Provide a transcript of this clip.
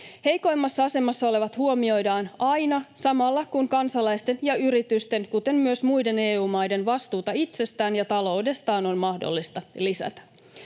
Heikoimmassa asemassa olevat huomioidaan aina, samalla kun kansalaisten ja yritysten, kuten myös muiden EU-maiden, vastuuta itsestään ja taloudestaan on mahdollista lisätä.